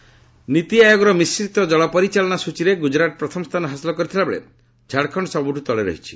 Gadkari report ନୀତି ଆୟୋଗର ମିଶ୍ରିତ ଜଳ ପରିଚାଳନା ସୂଚୀରେ ଗୁଜରାଟ ପ୍ରଥମ ସ୍ଥାନ ହାସଲ କରିଥିବାବେଳେ ଝାଡ଼ଖଣ୍ଡ ସବୁଠୁ ତଳେ ରହିଛି